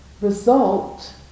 result